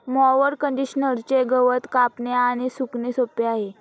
mower कंडिशनरचे गवत कापणे आणि सुकणे सोपे आहे